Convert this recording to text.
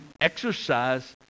exercise